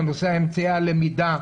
על נושא אמצעי הלמידה,